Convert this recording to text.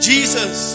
Jesus